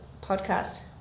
podcast